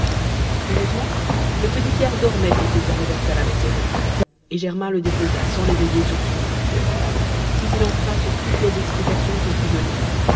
heureusement le petit pierre dormait quand ils arrivèrent à la métairie et germain le déposa sans l'éveiller sur son lit puis il entra sur toutes les explications qu'il put donner